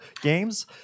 Games